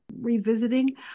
revisiting